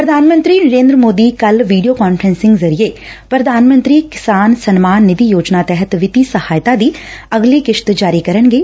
ਪ੍ਰਧਾਨ ਮੰਤਰੀ ਨਰੇਂਦਰ ਮੋਦੀ ਕੱਲੁ ਵੀਡੀਓ ਕਾਨਫਰਸਿੰਗ ਜ਼ਰੀਏ ਪ੍ਰਧਾਨ ਮੰਤਰੀ ਕਿਸਾਨ ਸਨਮਾਨ ਨਿਧੀ ਯੋਜਨਾ ਤਹਿਤ ਵਿੱਤੀ ਸਹਇਤਾ ਦੀ ਅਗਲੀ ਕਿਸ਼ਤ ਜਾਰੀ ਕਰਨਗੇ